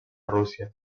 rússia